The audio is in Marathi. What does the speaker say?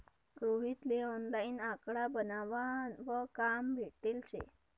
रोहित ले ऑनलाईन आकडा बनावा न काम भेटेल शे